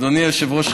אדוני היושב-ראש,